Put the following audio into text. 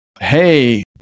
hey